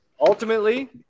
Ultimately